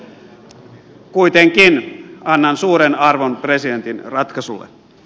kuitenkin annan suuren arvon presidentin ratkaisulle